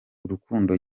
urukundo